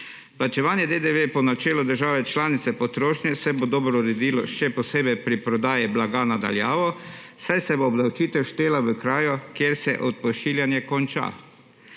Plačevanje DDV po načelu države članice potrošnje se bo dobro uredilo, še posebej pri prodaji blaga na daljavo, saj se bo obdavčitev štela v kraju, kjer se odpošiljanje konča.